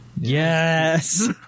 Yes